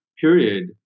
period